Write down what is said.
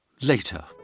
later